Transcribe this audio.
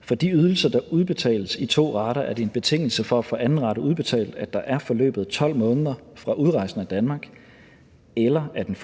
For de ydelser, der udbetales i to rater, er det en betingelse for at få anden rate udbetalt, at der er forløbet 12 måneder fra udrejsen af Danmark, eller at den